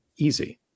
Easy